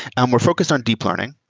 and we're focused on deep learning.